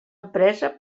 empresa